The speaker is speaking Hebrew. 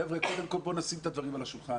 חבר'ה, קודם כל בואו נשים את הדברים על השולחן.